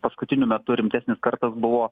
paskutiniu metu rimtesnis kartas buvo